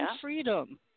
freedom